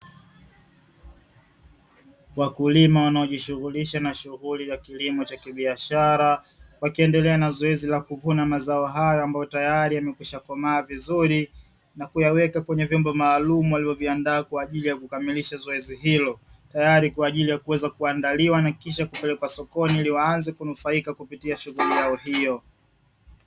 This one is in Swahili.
Wakulima wanaojishughulisha na shughuli za kilimo cha kibiashara wakiendelea na zoezi la kuvuna mazao haya ambayo tayari yamekwishakomaa vizuri, na kuyaweka kwenye vyombo maalumu alivyoviandaa kwa ajili ya kukamilisha zoezi hilo tayari kwa ajili ya kuweza kuandaliwa na kisha kupelekwa sokoni ili waanze kunufaika kupitia shughuli yao hiyo.